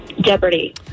Jeopardy